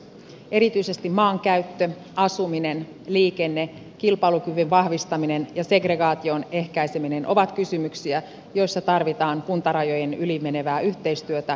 erityisesti maankäyttö asuminen liikenne kilpailukyvyn vahvistaminen ja segregaation ehkäiseminen ovat kysymyksiä joissa tarvitaan kuntarajojen yli menevää yhteistyötä ja päätöksentekoa